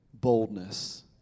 boldness